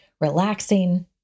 relaxing